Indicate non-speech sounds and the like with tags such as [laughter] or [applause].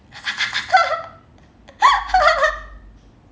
[laughs]